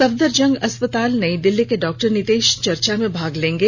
सफदरजंग अस्पताल नई दिल्ली के डॉक्टर नितेश चर्चा में भाग लेंगे